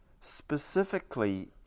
specifically